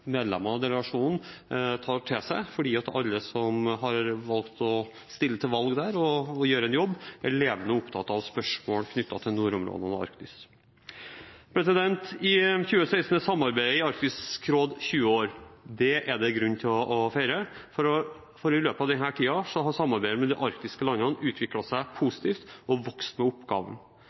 som har valgt å stille til valg der og gjøre en jobb, er levende opptatt av spørsmål knyttet til nordområdene og Arktis. I 2016 er samarbeidet i Arktisk råd 20 år. Det er det grunn til å feire, for i løpet av denne tiden har samarbeidet mellom de arktiske landene utviklet seg positivt, og man har vokst med